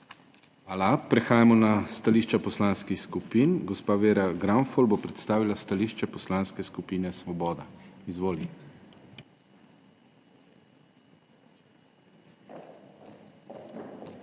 Hvala. Prehajamo na stališča poslanskih skupin. Gospa Vera Granfol bo predstavila stališče Poslanske skupine Svoboda. Izvoli.